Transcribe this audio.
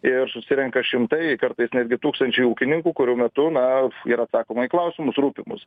ir susirenka šimtai kartais netgi tūkstančiai ūkininkų kurių metu na ir atsakoma į klausimus rūpimus